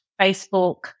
Facebook